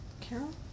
Carol